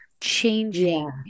changing